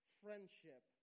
friendship